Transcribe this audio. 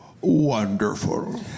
Wonderful